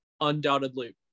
undoubtedly